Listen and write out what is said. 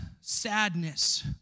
sadness